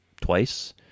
twice